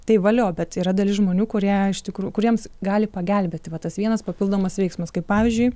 tai valio bet yra dalis žmonių kurie iš tikrų kuriems gali pagelbėti va tas vienas papildomas veiksmas kaip pavyzdžiui